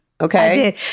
Okay